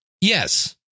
Yes